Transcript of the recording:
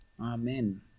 Amen